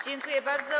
Dziękuję bardzo.